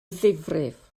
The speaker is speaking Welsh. ddifrif